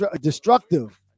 destructive